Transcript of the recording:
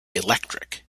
electric